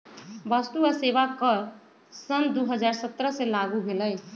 वस्तु आ सेवा कर सन दू हज़ार सत्रह से लागू भेलई